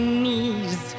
knees